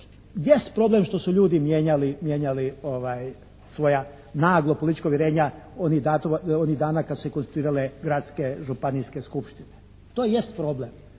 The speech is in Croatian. jest problem što su ljudi mijenjali svoja naglo politička uvjerenja onih datuma, onih dana kad su se konstituirale gradske županijske skupštine. To i jest problem.